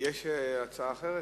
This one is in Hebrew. יש הצעה אחרת?